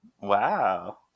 Wow